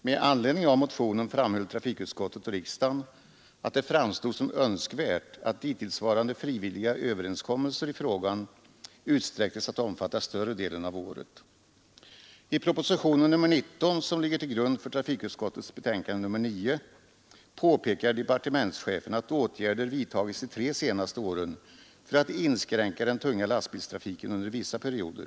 Med anledning av motionen framhöll trafikutskottet och riksdagen att det framstod som önskvärt att I propositionen 19, som ligger till grund för trafikutskottets betänkande nr 9, påpekar departementschefen att åtgärder vidtagits de tre senaste åren för att inskränka den tunga lastbilstrafiken under vissa perioder.